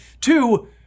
two